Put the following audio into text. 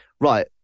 right